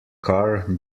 car